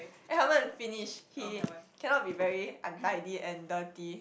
I haven't finish he cannot be very untidy and dirty